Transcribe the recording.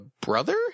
brother